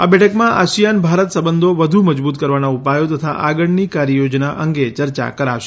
આ બેઠકમાં આસિયાન ભારત સંબંધો વધુ મજબૂત કરવાના ઉપાયો તથા આગળની કાર્યયોજના અંગે ચર્ચા કરાશે